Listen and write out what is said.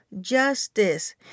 justice